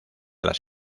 las